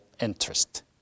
interest